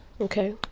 Okay